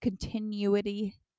continuity